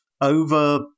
Over